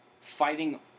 fighting